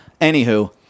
anywho